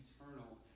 eternal